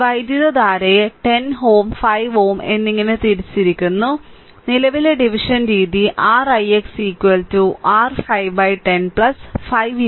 ഈ വൈദ്യുതധാരയെ 10 Ω 5Ω എന്നിങ്ങനെ തിരിച്ചിരിക്കുന്നു നിലവിലെ ഡിവിഷൻ രീതി r ix r 510 5 r 4 0